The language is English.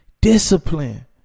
discipline